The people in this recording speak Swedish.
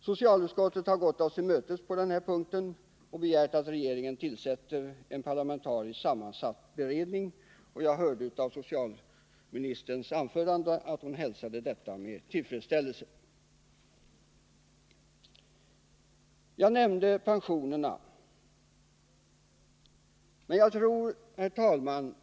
Socialutskottet har gått oss till mötes på den punkten och begärt att regeringen tillsätter en parlamentariskt sammansatt beredning. Det framgick av socialministerns anförande att hon hälsade detta med tillfredsställelse. Jag nämnde pensionerna och risken för att de kommer att urholkas.